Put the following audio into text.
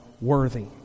worthy